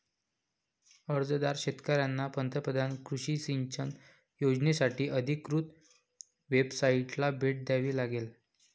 अर्जदार शेतकऱ्यांना पंतप्रधान कृषी सिंचन योजनासाठी अधिकृत वेबसाइटला भेट द्यावी लागेल